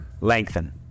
Lengthen